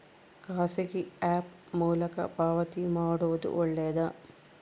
ಖಾಸಗಿ ಆ್ಯಪ್ ಮೂಲಕ ಪಾವತಿ ಮಾಡೋದು ಒಳ್ಳೆದಾ?